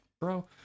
bro